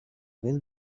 will